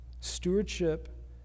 Stewardship